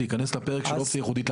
להיכנס לפרק של אופציה ייחודית,